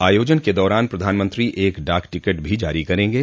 आयोजन के दौरान प्रधानमंत्री एक डाक टिकट भी जारी करेंगे